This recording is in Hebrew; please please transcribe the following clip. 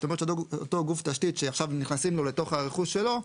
זאת אומרת שאותו גוף תשתית שעכשיו נכנסים לו לתוך הרכוש שלו,